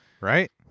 right